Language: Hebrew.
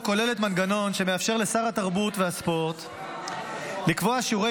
כוללת מנגנון שמאפשר לשר התרבות והספורט לקבוע שיעורי